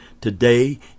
Today